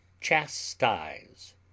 chastise